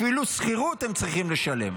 אפילו שכירות הם צריכים לשלם.